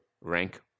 rank